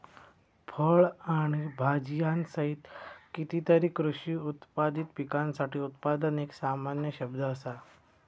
फळ आणि भाजीयांसहित कितीतरी कृषी उत्पादित पिकांसाठी उत्पादन एक सामान्य शब्द असा